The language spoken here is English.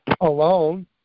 alone